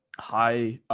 high,